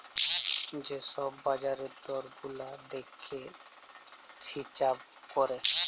যে ছব বাজারের দর গুলা দ্যাইখে হিঁছাব ক্যরে